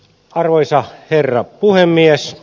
arvoisa herra puhemies